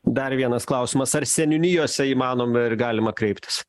dar vienas klausimas ar seniūnijose įmanoma ir galima kreiptis